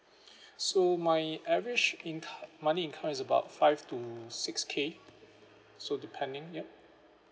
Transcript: so my average in~ monthly income is about five to six K so depending ya